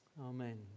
Amen